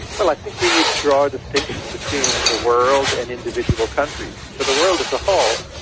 well, i think we need to draw a distinction between the world and individual countries. for the world as a whole,